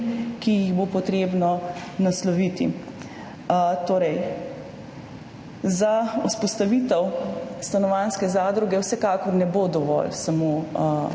ki jih bo potrebno nasloviti. Za vzpostavitev stanovanjske zadruge vsekakor ne bo dovolj samo